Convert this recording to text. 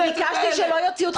אני ביקשתי שלא יוציאו אותך בכוח.